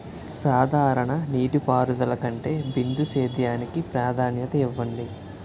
సాధారణ నీటిపారుదల కంటే బిందు సేద్యానికి ప్రాధాన్యత ఇవ్వండి